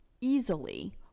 easily